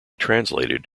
translated